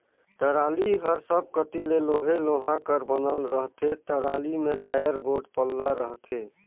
trolley हर सब कती ले लोहे लोहा कर बनल रहथे, टराली मे चाएर गोट पल्ला रहथे